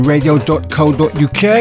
Radio.co.uk